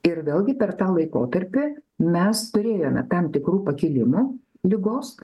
ir vėlgi per tą laikotarpį mes turėjome tam tikrų pakilimų ligos